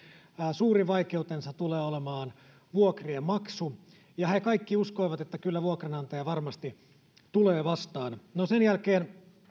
suurin vaikeutensa tulee olemaan vuokrien maksu ja he kaikki uskoivat että kyllä vuokranantaja varmasti tulee vastaan no sen jälkeen